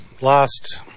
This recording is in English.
Last